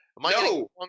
No